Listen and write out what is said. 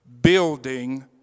building